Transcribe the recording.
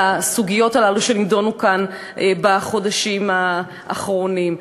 לסוגיות הללו שנדונו כאן בחודשים האחרונים.